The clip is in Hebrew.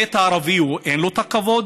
המת הערבי, אין לו את הכבוד?